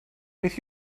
beth